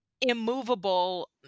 immovable